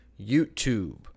YouTube